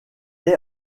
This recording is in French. est